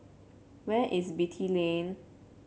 where is Beatty Lane